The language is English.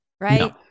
Right